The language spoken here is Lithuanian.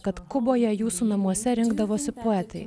kad kuboje jūsų namuose rinkdavosi poetai